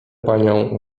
panią